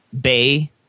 bay